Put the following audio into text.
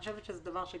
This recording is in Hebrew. אז אל תאמרי דברי סיכום.